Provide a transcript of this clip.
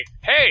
Hey